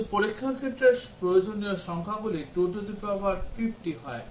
শুধু পরীক্ষার ক্ষেত্রে প্রয়োজনীয় সংখ্যাগুলি 2 to the power 50 হয়